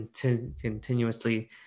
continuously